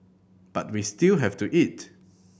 but we still have to eat